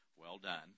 well-done